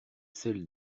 celle